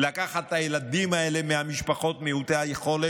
לקחת את הילדים האלה, מהמשפחות מעוטות היכולת,